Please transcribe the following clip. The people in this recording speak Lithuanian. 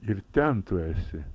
ir ten tu esi